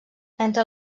entre